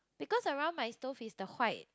because around my stove is the white